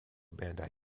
bandai